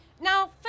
Now